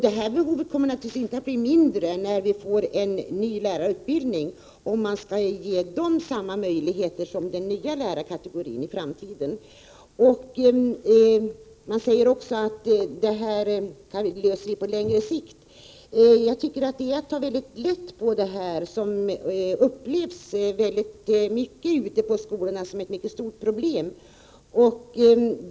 Det behovet kommer naturligtvis inte att bli mindre när vi får en ny lärarutbildning, om man nu skall ge de ifrågavarande lärarna samma möjligheter som den nya lärarkategorin får i framtiden. Man säger också att vi skall lösa det här på längre sikt. Jag tycker att det är att ta mycket lätt på vad som ute i skolorna upplevs som ett mycket stort problem.